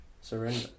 surrender